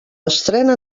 estrena